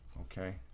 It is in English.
Okay